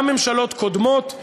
גם ממשלות קודמות,